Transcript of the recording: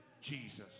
Jesus